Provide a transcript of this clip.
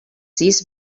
sis